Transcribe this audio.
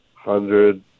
Hundred